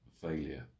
failure